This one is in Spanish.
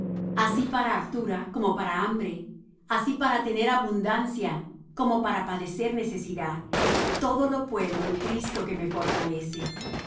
así para hartura como para hambre así para tener abundancia como para padecer necesidad todo lo puedo en cristo que me fortalece